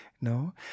no